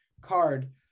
card